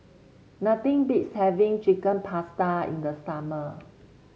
nothing beats having Chicken Pasta in the summer